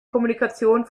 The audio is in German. kommunikation